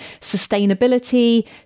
sustainability